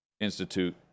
Institute